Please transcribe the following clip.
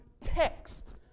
text